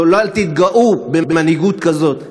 ואל תתגאו במנהיגות כזאת.